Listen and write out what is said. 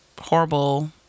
horrible